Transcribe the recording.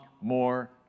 more